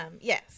Yes